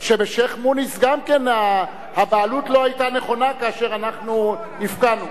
גם הבעלות לא היתה נכונה כאשר אנחנו הפקענו.